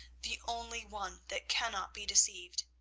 the only one that cannot be deceived.